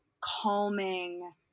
calming